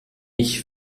ich